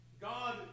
God